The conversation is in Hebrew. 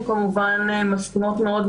אנחנו מסכימות מאוד,